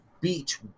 Beach